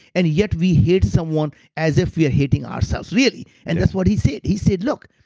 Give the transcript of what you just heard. and yet we hate someone as if we are hating ourselves, really. and that's what he said. he said, look,